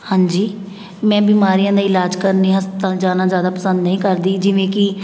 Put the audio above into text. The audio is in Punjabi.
ਹਾਂਜੀ ਮੈਂ ਬਿਮਾਰੀਆਂ ਦਾ ਇਲਾਜ ਕਰਨ ਲਈ ਹਸਪਤਾਲ ਜਾਣਾ ਜ਼ਿਆਦਾ ਪਸੰਦ ਨਹੀਂ ਕਰਦੀ ਜਿਵੇਂ ਕਿ